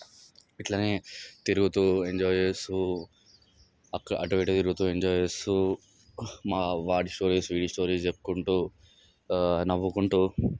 ఇట్లనే తిరుగుతు ఎంజాయ్ చేస్తూ అటు ఇటు తిరుగుతు ఎంజాయ్ చేస్తూ మా వాడి స్టోరీస్ వీడి స్టోరీస్ చెప్పుకుంటు నవ్వుకుంటూ